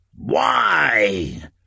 Why